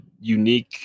unique